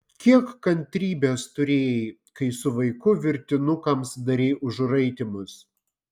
kiek kantrybės turėjai kai su vaiku virtinukams darei užraitymus